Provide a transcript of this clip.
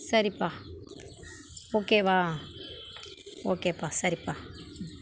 சரிப்பா ஓகேவா ஓகேப்பா சரிப்பா ம்